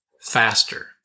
faster